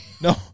No